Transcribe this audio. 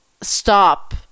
stop